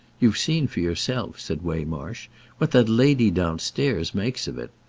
you've seen for yourself, said waymarsh what that lady downstairs makes of it.